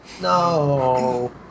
No